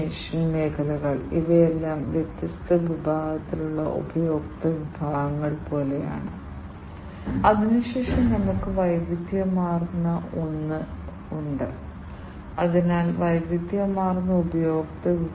അതിനാൽ ഈ oxygen sensor അടിസ്ഥാനപരമായി ഒരു ഇലക്ട്രോകെമിക്കൽ സെൻസറാണ് കോമ്പോസിഷൻ അത് കെട്ടിച്ചമച്ച രീതിയാണ് അത് ഒരു ഇലക്ട്രോകെമിക്കൽ സെൻസറാണ്